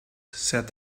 said